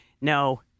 no